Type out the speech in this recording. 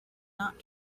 not